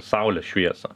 saulės šviesą